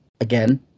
again